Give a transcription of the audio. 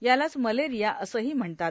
यालाच मलेरिया असंही म्हणतात